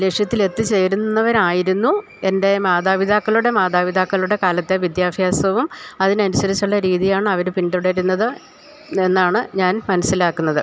ലക്ഷ്യത്തിലെത്തി ചേര്ന്നവരായിരുന്നു എൻ്റെ മാതാപിതാക്കളുടെ മാതാപിതാക്കളുടെ കാലത്തെ വിദ്യാഭ്യാസവും അതിനനുസരിച്ച്ള്ള രീതിയാണവര് പിൻതുടരുന്നത് എന്നാണ് ഞാൻ മൻസ്സിലാക്കുന്നത്